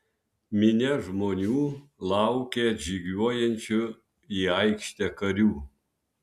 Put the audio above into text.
minia žmonių laukė atžygiuojančių į aikštę karių